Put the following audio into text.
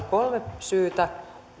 kolme syytä